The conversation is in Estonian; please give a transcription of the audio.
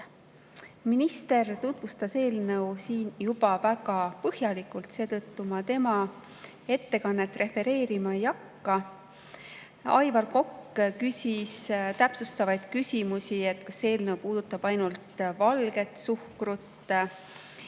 Minister tutvustas eelnõu siin juba väga põhjalikult, seetõttu ma tema ettekannet refereerima ei hakka. Aivar Kokk küsis täpsustavaid küsimusi selle kohta, kas see eelnõu puudutab ainult valget suhkrut